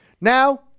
now